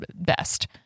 best